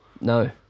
No